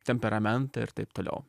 temperamentą ir taip toliau